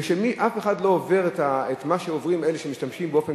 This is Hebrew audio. אף אחד לא עובר את מה שעוברים אלה שמשתמשים באופן